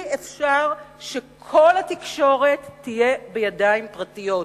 אסור שכל התקשורת תהיה בידיים פרטיות.